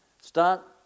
start